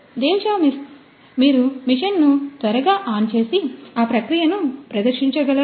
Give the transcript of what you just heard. దేవాషిష్ మీరు మెషీన్ను త్వరగా ఆన్ చేసి ఆ ప్రక్రియను ప్రదర్శించగలరా